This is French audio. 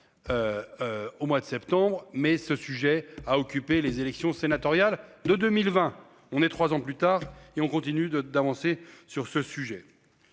Au mois de septembre mais ce sujet a occupé les élections sénatoriales de 2020 on est 3 ans plus tard et on continue de d'avancer sur ce sujet.